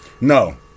No